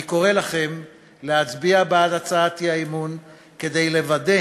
אני קורא לכם להצביע בעד הצעת האי-אמון כדי לוודא